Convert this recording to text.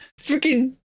freaking